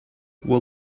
will